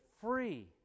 free